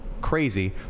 crazy